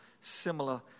similar